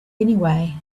anyway